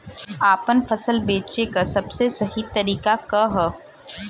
आपन फसल बेचे क सबसे सही तरीका का ह?